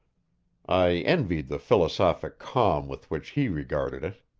i envied the philosophic calm with which he regarded it.